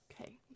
Okay